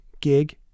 gig